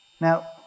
Now